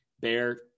Bear